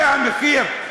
זה המחיר?